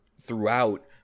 throughout